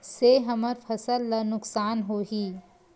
से हमर फसल ला नुकसान होही?